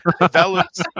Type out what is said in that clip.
develops